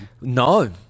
No